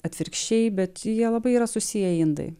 atvirkščiai bet jie labai yra susiję indai